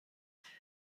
ببخشیم